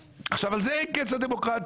על זה אין קץ הדמוקרטיה.